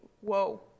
Whoa